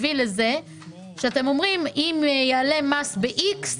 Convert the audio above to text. הביא לזה שאתם אומרים שאם יעלה המס ב-X,